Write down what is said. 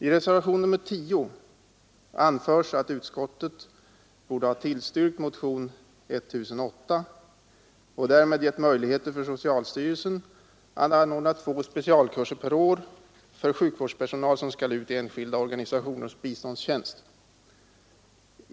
I reservationen 10 anförs att utskottet borde ha tillstyrkt motionen 1008 och därmed gett möjligheter för socialstyrelsen att anordna två specialkurser per år för sjukvårdspersonal som skall ut i enskilda organisationers biståndstjänst.